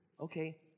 Okay